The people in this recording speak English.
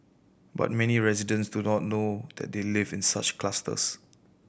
but many residents do not know that they live in such clusters